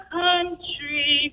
country